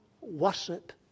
worship